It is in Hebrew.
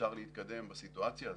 שאפשר להתקדם בסיטואציה הזאת.